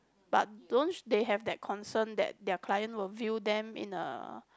but don't they have that concern that their client will view them in a